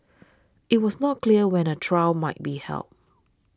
it was not clear when a trial might be held